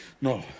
no